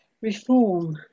reform